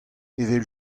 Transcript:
evel